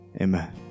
Amen